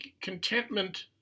contentment